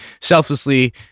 selflessly